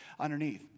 underneath